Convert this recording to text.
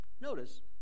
Notice